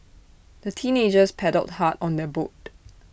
the teenagers paddled hard on their boat